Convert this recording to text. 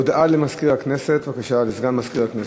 הודעה לסגן מזכירת הכנסת,